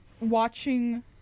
watching